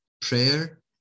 prayer